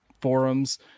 forums